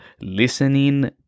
listening